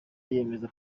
yemeza